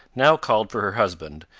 now called for her husband,